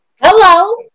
Hello